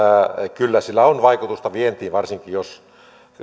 kyllä sillä on vaikutusta vientiin varsinkin jos